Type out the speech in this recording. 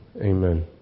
Amen